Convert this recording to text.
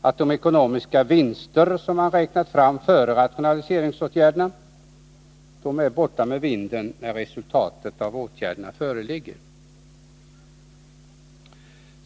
att de ekonomiska vinster som man räknat fram före rationaliseringsåtgärderna är borta med vinden när resultatet av åtgärderna föreligger.